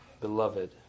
beloved